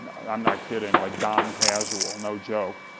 i'm not kidding, like dom casual, no joke,